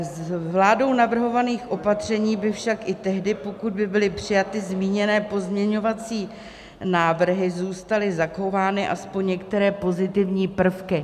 Z vládou navrhovaných opatření by však i tehdy, pokud by byly přijaty zmíněné pozměňovací návrhy, zůstaly zachovány aspoň některé pozitivní prvky.